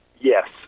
Yes